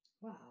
Wow